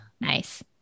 nice